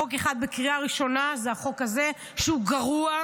חוק אחד בקריאה ראשונה, זה החוק הזה, שהוא גרוע,